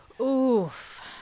Oof